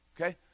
Okay